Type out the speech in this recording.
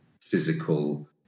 physical